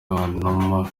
kanuma